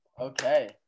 Okay